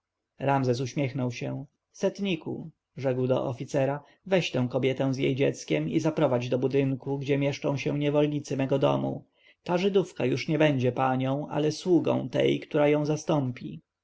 ramzes uśmiechnął się setniku rzekł do oficera weź tę kobietę z jej dzieckiem i zaprowadź do budynku gdzie mieszczą się niewolnicy mego domu ta żydówka już nie będzie panią ale sługą tej która ją zastąpi